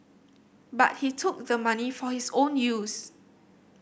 but he took the money for his own use